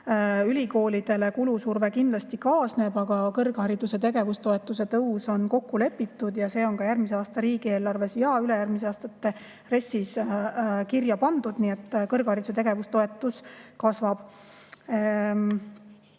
Ülikoolidele kulusurve kindlasti kaasneb, aga kõrghariduse tegevustoetuse tõus on kokku lepitud ja see on ka järgmise aasta riigieelarves ja ülejärgmiste aastate RES-is kirja pandud, nii et kõrghariduse tegevustoetus kasvab. Kuidas